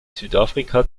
südafrika